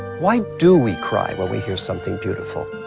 why do we cry when we hear something beautiful?